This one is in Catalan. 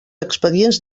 expedients